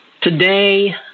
Today